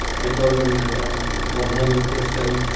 i told them that i'm one hundred percent